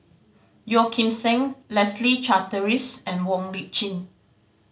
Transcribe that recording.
Yeo Kim Seng Leslie Charteris and Wong Lip Chin